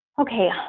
Okay